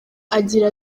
agira